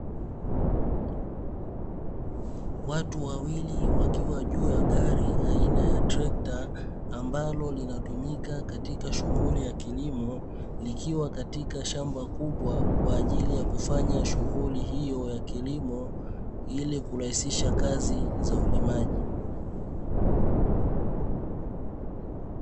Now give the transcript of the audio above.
Watu wawili wakiwa juu ya gari aina ya trekta ambalo linatumika katika shughuli ya kilimo likiwa katika shamba kubwa kwa ajili ya kufanya shughuli hiyo ya kilimo ili kurahisisha kazi za ulimaji.